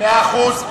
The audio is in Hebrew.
מאה אחוז.